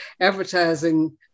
advertising